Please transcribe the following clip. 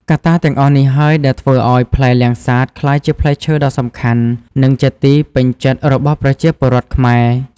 កត្តាទាំងអស់នេះហើយដែលធ្វើឲ្យផ្លែលាំងសាតក្លាយជាផ្លែឈើដ៏សំខាន់ និងជាទីពេញចិត្តរបស់ប្រជាពលរដ្ឋខ្មែរ។